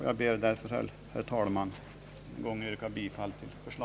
Jag ber därför, herr talman, att än en gång få yrka bifall till detta.